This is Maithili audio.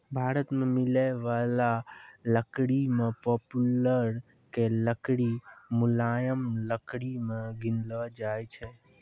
भारत मॅ मिलै वाला लकड़ी मॅ पॉपुलर के लकड़ी मुलायम लकड़ी मॅ गिनलो जाय छै